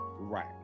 right